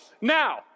Now